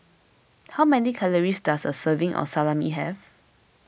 how many calories does a serving of Salami have